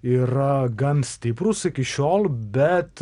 yra gan stiprūs iki šiol bet